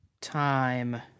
Time